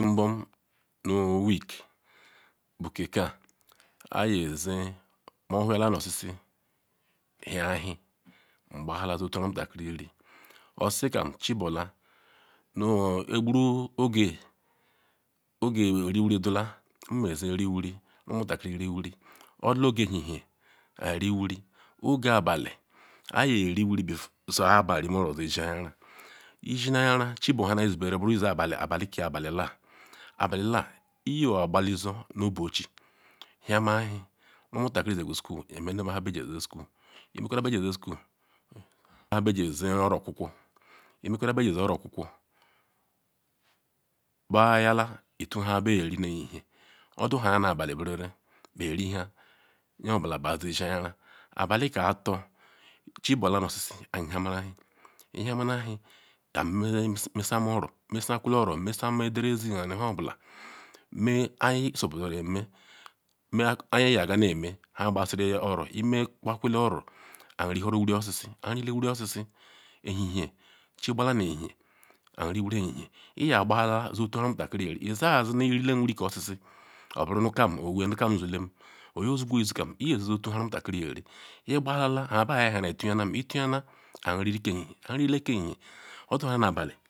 Nu nbom nu week bu ke ka iyazi mouhorhia nu oshishi hia ewhi ngbahazo chor nhe onutakiri yeri oshishi kam chibula nu egburu oge oriwuri dula nmezi riwuri omutakiri riwuri odula nu oge ehehen anwuri oge abali aya eriwuri before abanu rime oro ye shenanyara, isheneanyara chibu hamana nu izi berere buru isi abali abalike abaliwa abawa iyoagbalizo nu obuchi hiama ewhi omutakiri jigu shool ime nu ma nhe beji eji shool imekole nhe beji eji shool nha beji eji oro okwuokwo emekole nhe beji eji oro okwukwo bayayale itun nha beyeri nu ehehen oduha na abali berere be riha nyeobula baa yeshen anyara abalika ator chibula nu oshishi an hiamara ewhi ihiamaewhi mesama oro imesana oro mesama edeziri nhe nunha obula mehayi suppoziri eme meayi yaganeme nhe gbaziri oro imekwakole oro anriuhoru iri osheshi, anrikole irioshishi ehehen chiaba nu ehehen anriwuri ehehen iya gbahada zotu nhe omutakiri yeri lea si nu irile wuri ke oshishi oburu nu kam owee nu kam zulen oyo zuqwu izikam iye ji otuharu nhe omutakiri yeri iqbana maba ayaha ituyala ituyana anriri ke ehehen anrule ke ehehen oduha nu abali